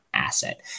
Asset